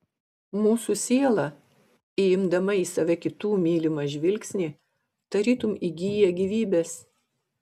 mūsų siela įimdama į save kitų mylimą žvilgsnį tarytum įgyja gyvybės